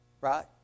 right